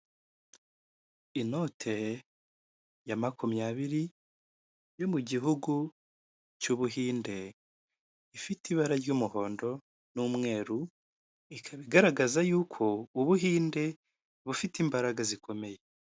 Inote ya makumyabiri yo mu gihugu cy'Ubuhinde, ifite ibara ry'umuhondo n'umweru, ikaba igaragaza yuko Ubuhinde bufite imbaraga zikomeye.